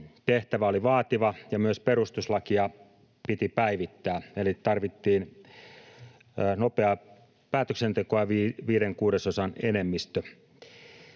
Tehtävä oli vaativa, ja myös perustuslakia piti päivittää, eli tarvittiin nopeaa päätöksentekoa ja viiden kuudesosan enemmistö.